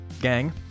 Gang